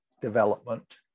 development